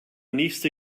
nächste